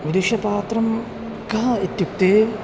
विदुषपात्रः कः इत्युक्ते